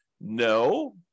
No